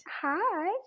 Hi